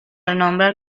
renombrada